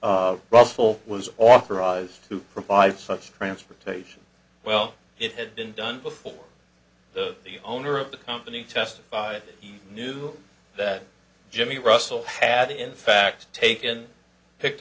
russell was authorized to provide such transportation well it had been done before the the owner of the company testified he knew that jimmy russell had in fact taken picked